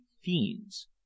fiends